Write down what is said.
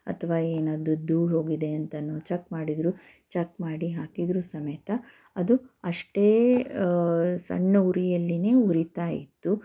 ಅಥವಾ ಏನಾದ್ರು ಧೂಳು ಹೋಗಿದೆ ಅಂತನೂ ಚೆಕ್ ಮಾಡಿದರೂ ಚೆಕ್ ಮಾಡಿ ಹಾಕಿದರೂ ಸಮೇತ ಅದು ಅಷ್ಟೇ ಸಣ್ಣ ಉರಿಯಲ್ಲಿಯೇ ಉರಿತಾ ಇತ್ತು